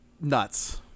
nuts